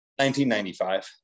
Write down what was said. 1995